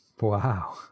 Wow